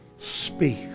Speak